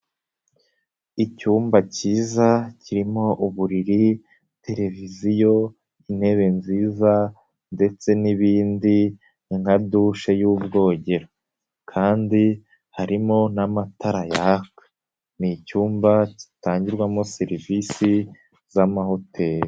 Icyumba cyiza kirimo uburiri, televiziyo, intebe nziza ndetse n'ibindi ni nka dushe y'ubwogero, kandi harimo n'amatara yaka, ni icyumba gitangirwamo serivisi z'amahoteli.